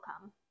come